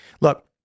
Look